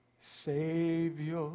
Savior